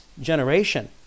generation